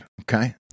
Okay